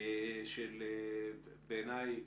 בעיניי.